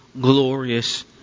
glorious